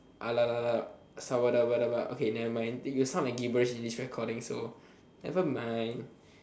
okay nevermind it will sound like gibberish in this recording so nevermind